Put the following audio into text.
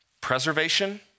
Preservation